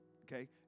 Okay